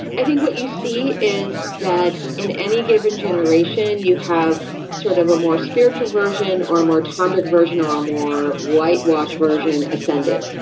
i think what you see is that in any given generation you have sort of a more spiritual version or a more tantric version or a more whitewashed version ascendant.